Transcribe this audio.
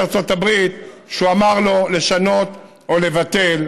ארצות הברית כשהוא אמר לו לשנות או לבטל,